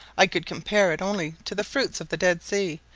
i could compare it only to the fruits of the dead sea,